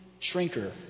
shrinker